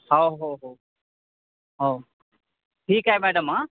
हो हो हो हो ठीक आहे मॅडम आ